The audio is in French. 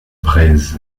breizh